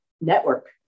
network